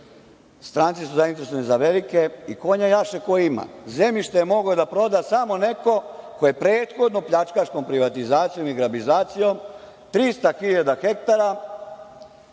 stranci su zainteresovani za velike i konja jaše ko ima. Zemljište je mogao da proda samo neko ko je prethodno pljačkaškom privatizacijom i grabizacijom 300.000 hektara